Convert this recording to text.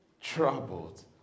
troubled